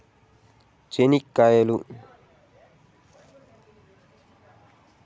చెనిక్కాయలు